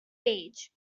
page